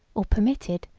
or permitted,